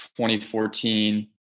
2014